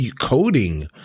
coding